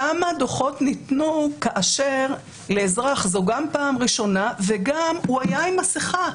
כמה דוחות ניתנו כאשר לאזרח זו גם הפעם הראשונה וגם הוא היה עם מסכה,